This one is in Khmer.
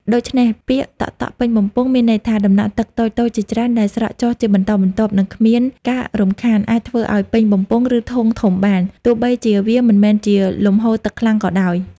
ដូច្នេះពាក្យ តក់ៗពេញបំពង់ មានន័យថា ដំណក់ទឹកតូចៗជាច្រើនដែលស្រក់ចុះជាបន្តបន្ទាប់ និងគ្មានការរំខាន អាចធ្វើឱ្យពេញបំពង់ ឬធុងធំបាន ទោះបីជាវាមិនមែនជាលំហូរទឹកខ្លាំងក៏ដោយ។